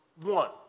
one